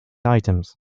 items